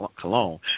cologne